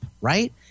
right